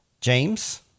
James